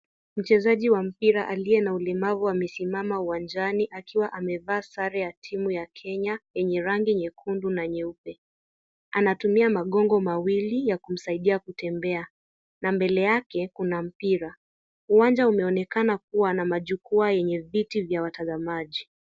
Mchezaji wa mpira aliye na ulemavu, amesimama uwanjani, akiwa amevaa sare ya timu ya Kenya, yenye rangi nyekundu na nyeupe. Anatumia magongo mawili ya kumsaidia kutembea na mbele yake, kuna mpira. Uwanja umeonekana kuwa na majukwaa yenye viti vya watazamaji.